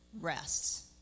rests